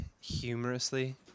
humorously